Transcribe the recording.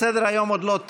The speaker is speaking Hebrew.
סדר-היום עוד לא תם,